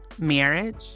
marriage